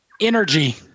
energy